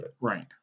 right